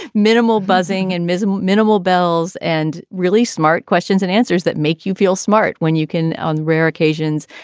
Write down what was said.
minimal buzzing and minimal, minimal bells and really smart questions and answers that make you feel smart when you can. on rare occasions,